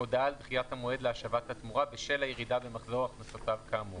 הודעה על דחיית המועד להשבת התמורה בשל הירידה במחזור הכנסותיו כאמור,